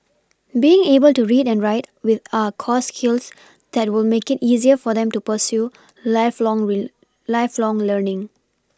being able to read and write with are core skills that will make it easier for them to pursue lifelong lifelong learning